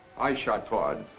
i shot bard.